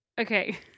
Okay